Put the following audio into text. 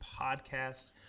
podcast